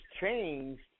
changed